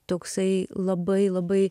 toksai labai labai